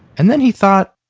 and then he thought,